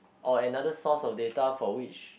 or another source of data for which